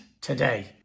today